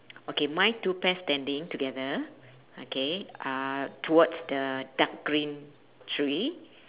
okay mine two pairs standing together okay uh towards the dark green tree